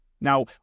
now